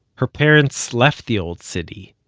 her parents left the old city.